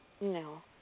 No